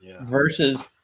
versus